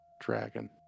dragon